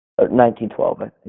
1912